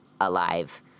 alive